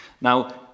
Now